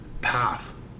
path